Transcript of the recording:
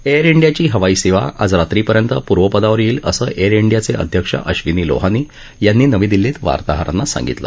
air इंडियाची हवाई सेवा आज रात्रीपर्यंत पूर्वपदावर येईल असं एअर इंडियाचे अध्यक्ष अश्वीनी लोहानी यांनी नवी दिल्लीत वार्ताहरांना सांगितलं